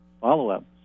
follow-up